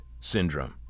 syndrome